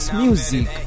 music